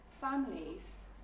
families